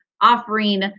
offering